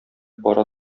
бара